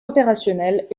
opérationnelles